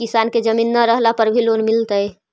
किसान के जमीन न रहला पर भी लोन मिलतइ?